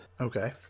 Okay